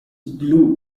blue